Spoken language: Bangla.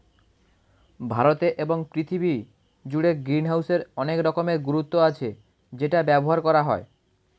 ভারতে এবং পৃথিবী জুড়ে গ্রিনহাউসের অনেক রকমের গুরুত্ব আছে যেটা ব্যবহার করা হয়